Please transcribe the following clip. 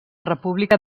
república